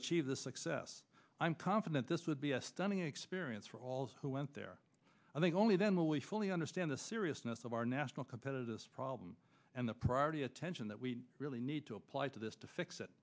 achieve the success i'm confident this would be a stunning experience for all who went there i think only then will we fully understand the seriousness of our national competitor this problem and the priority attention that we really need to apply to this to fix it